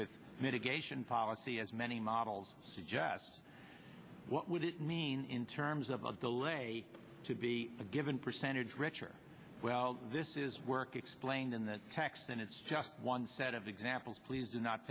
with mitigation policy as many models suggest what would it mean in terms of a delay to be a given percentage rich or well this is work explained in the text and it's just one set of examples please do not